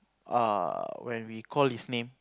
uh when we call his name